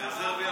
הרזרבי,